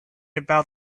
about